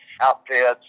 outfits